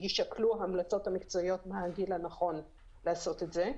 יישקלו ההמלצות המקצועיות לגבי הגיל הנכון לעשות את זה.